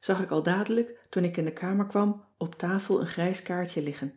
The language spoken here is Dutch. zag ik al dadelijk toen ik in de kamer kwam op tafel een grijs kaartje liggen